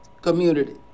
Community